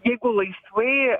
jeigu laisvai